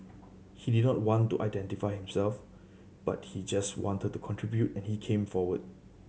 he did not want to identify himself but he just wanted to contribute and he came forward